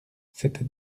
cette